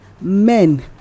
men